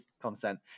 consent